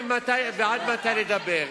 אתם לא תגידו לי מתי ועד מתי לדבר,